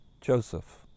Joseph